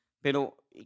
Pero